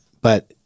but-